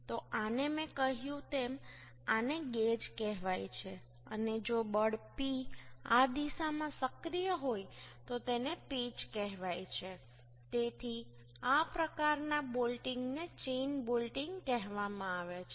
તો આને મેં કહ્યું તેમ આને ગેજ કહેવાય છે અને જો બળ P આ દિશામાં સક્રિય હોય તો તેને પિચ કહેવાય છે તેથી આ પ્રકારના બોલ્ટિંગને ચેઈન બોલ્ટિંગ કહેવામાં આવે છે